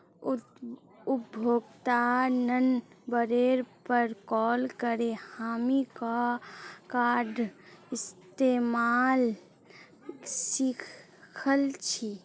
उपभोक्तार नंबरेर पर कॉल करे हामी कार्डेर इस्तमाल सिखल छि